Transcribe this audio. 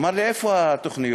אמר לי: איפה התוכניות?